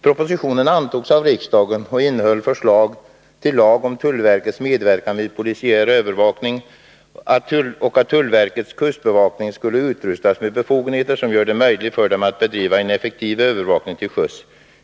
Propositionen antogs av riksdagen och innehöll förslag till lag om tullverkets medverkan vid polisiär övervakning och att tullverkets kustbevakning skall utrustas med befogenheter som gör det möjligt för den att bedriva en effektivare övervakning till sjöss.